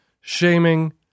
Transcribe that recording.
shaming